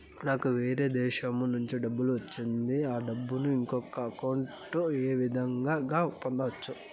నాకు వేరే దేశము నుంచి డబ్బు వచ్చింది ఆ డబ్బును ఇంకొక అకౌంట్ ఏ విధంగా గ పంపొచ్చా?